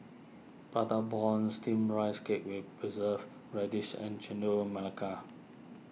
Prata Bomb Steamed Rice Cake with Preserved Radish and Chendol Melaka